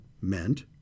meant